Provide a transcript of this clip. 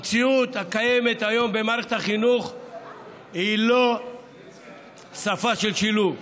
המציאות הקיימת היום במערכת החינוך היא לא בשפה של שילוב,